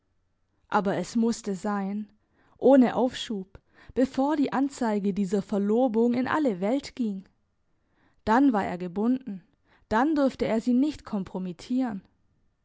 aber es musste sein ohne aufschub bevor die anzeige dieser verlobung in alle welt ging dann war er gebunden dann durfte er sie nicht kompromittieren